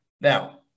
Now